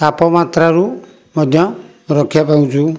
ତାପମାତ୍ରାରୁ ମଧ୍ୟ ରକ୍ଷା ପାଉଛୁଁ